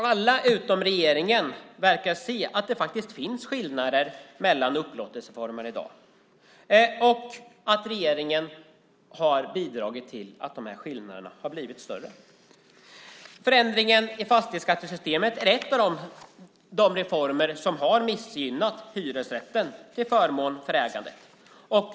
Alla utom regeringen verkar se att det i dag finns skillnader mellan upplåtelseformer och att regeringen har bidragit till att skillnaderna har blivit större. Förändringen i fastighetsskattesystemet är en av de reformer som har missgynnat hyresrätten till förmån för ägandet.